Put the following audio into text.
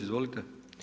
Izvolite!